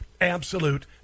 Absolute